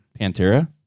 Pantera